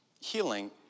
healing